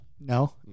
No